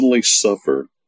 suffer